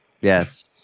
yes